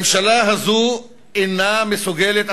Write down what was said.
הממשלה הזאת אינה מסוגלת,